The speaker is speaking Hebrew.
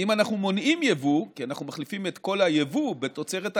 אם אנחנו מונעים יבוא כי אנחנו מחליפים את כל היבוא בתוצרת הארץ,